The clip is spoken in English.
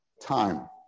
time